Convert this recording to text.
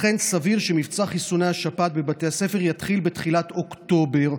לכן סביר שמבצע חיסוני השפעת בבתי הספר יתחיל בתחילת אוקטובר,